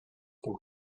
dem